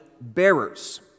bearers